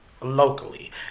locally